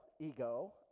ego